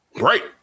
Right